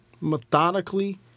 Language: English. methodically